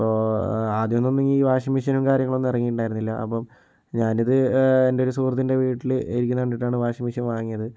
ഇപ്പോൾ ആദ്യമൊന്നും ഈ വാഷിംഗ് മെഷീനും കാര്യങ്ങളൊന്നും ഇറങ്ങിയിട്ടുണ്ടായിരുന്നില്ല അപ്പം ഞാൻ ഇത് എൻ്റെ ഒരു സുഹൃത്തിൻ്റെ വീട്ടിൽ ഇരിക്കുന്ന കണ്ടിട്ടാണ് വാഷിംഗ് മെഷീൻ വാങ്ങിയത്